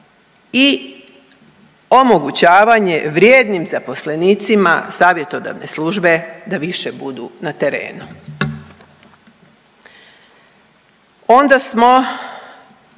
i omogućavanje vrijednim zaposlenicima savjetodavne službe da više budu na terenu.